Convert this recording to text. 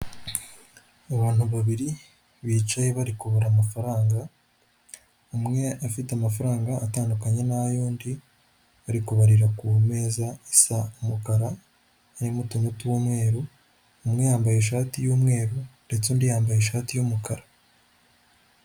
Abantu babiri bicaye bari kuburara amafaranga, umwe afite amafaranga atandukanye n'ay'undi ari barira ku meza isa umukara, arimo utuntu tw'umweru, umwe yambaye ishati y'umweru ndetse undi yambaye ishati y'umukara.